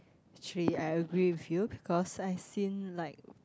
actually I agree with you because I've seen like